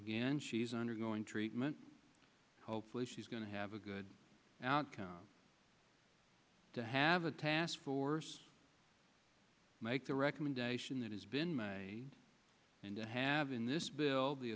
again she's undergoing treatment hopefully she's going to have a good outcome to have a task force to make the recommendation that has been made and to have in this bill the